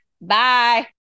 bye